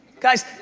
guys,